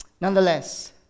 Nonetheless